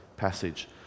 Passage